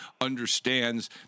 understands